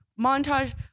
montage